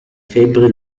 febbre